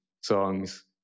songs